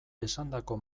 esandako